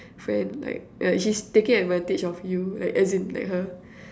friend like uh she's taking advantage of you like as in like her